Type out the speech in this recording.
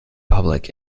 public